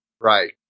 Right